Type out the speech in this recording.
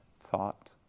thought